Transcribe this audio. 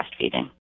breastfeeding